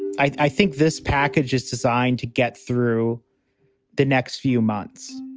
i think this package is designed to get through the next few months.